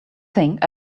think